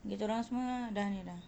kita orang semua dah ni dah